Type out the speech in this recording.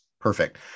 Perfect